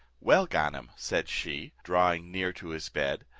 well, ganem, said she, drawing near to his bed,